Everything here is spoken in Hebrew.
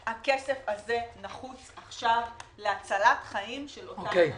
הכסף הזה נחוץ עכשיו להצלת חיים של אותן נשים.